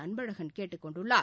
அன்பழகன் கேட்டுக் கொண்டுள்ளார்